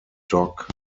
dock